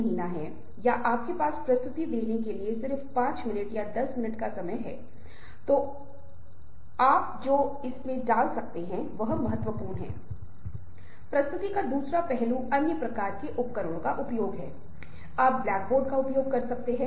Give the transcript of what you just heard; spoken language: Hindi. मैंने पहले ही रेखांकित किया है कि हम आज क्या करने जा रहे हैं लेकिन इससे पहले कि आप इस पाठ्यक्रम को शुरू करें हम जानेंगे की आप कितने अच्छे संचारक हैं